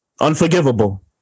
Unforgivable